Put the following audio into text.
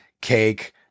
cake